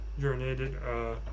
urinated